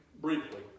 briefly